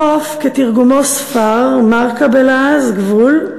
חוף כתרגומו סְפר, מרק"א בלעז, גבול.